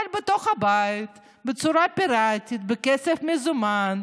אבל בתוך הבית, בצורת פיראטית, בכסף מזומן.